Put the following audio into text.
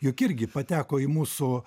juk irgi pateko į mūsų